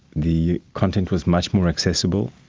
the content was much more accessible,